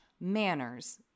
manners